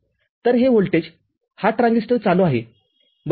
तर हे व्होल्टेज हा ट्रान्झिस्टरचालू आहे बरोबर